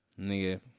Nigga